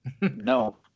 No